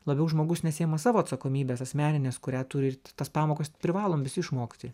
labiau žmogus nesiima savo atsakomybės asmeninės kurią turi tas pamokas privalom išmokti